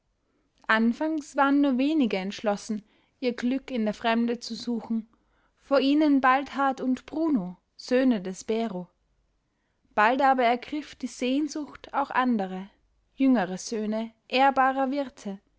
anfangs waren nur wenige entschlossen ihr glück in der fremde zu suchen vor ihnen baldhard und bruno söhne des bero bald aber ergriff die sehnsucht auch andere jüngere söhne ehrbarer wirte